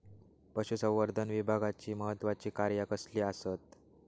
पशुसंवर्धन विभागाची महत्त्वाची कार्या कसली आसत?